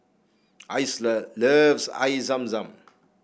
Isla loves Air Zam Zam